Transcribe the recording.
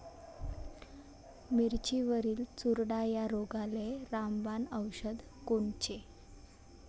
मिरचीवरील चुरडा या रोगाले रामबाण औषध कोनचे?